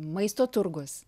maisto turgus